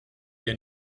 der